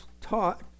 taught